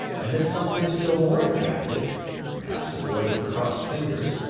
and that something still more attractive perhaps a boy with crossed fingers,